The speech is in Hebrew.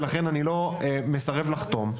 ולכן אני מסרב לכתוב".